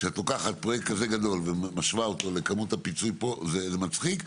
כשאת לוקחת פרויקט כזה גדול ומשווה אותו לכמות הפיצוי פה זה מצחיק.